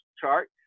chart